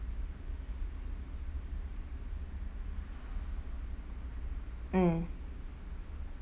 mm